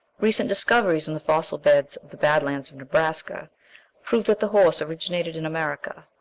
recent discoveries in the fossil beds of the bad lands of nebraska prove that the horse originated in america.